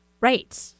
right